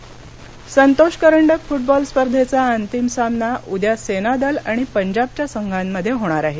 football संतोष करंडक football स्पर्धेचा अंतिम सामना उद्या सेनादल आणि पंजाबच्या संघांमध्ये होणार आहे